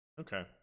okay